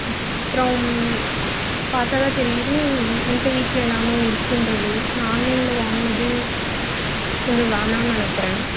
அப்புறோம் பார்த்தா தான் தெரியுது என்கிட்ட வீட்டில் எல்லாமே இருக்குன்றது நான் ஆன்லைனில் வாங்கினது கொஞ்சம் வேணாம்ன்னு நினைக்கிறேன்